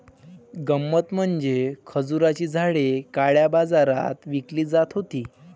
गंमत म्हणजे खजुराची झाडे काळ्या बाजारात विकली जात होती